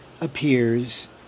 appears